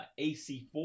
ac4